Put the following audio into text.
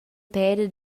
peda